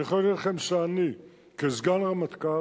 אני יכול להגיד לכם שאני כסגן הרמטכ"ל